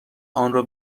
آنرا